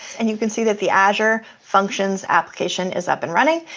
and you can see that the azure functions application is up and running.